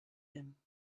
him